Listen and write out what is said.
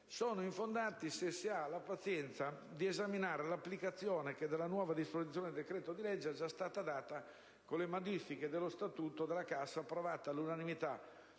Sono infondati se si ha la pazienza di esaminare l'applicazione che della nuova disposizione del decreto-legge è già stata data con le modifiche dello Statuto approvate all'unanimità